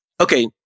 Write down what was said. Okay